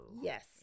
Yes